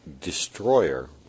destroyer